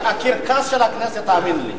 הקרקס של הכנסת, תאמיני לי.